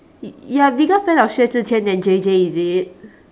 you're a bigger fan of xue zhi qian than J_J is it